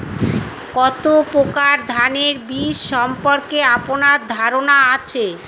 কত প্রকার ধানের বীজ সম্পর্কে আপনার ধারণা আছে?